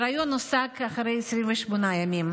ההיריון נפסק אחרי 28 ימים,